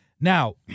Now